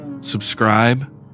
subscribe